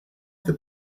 that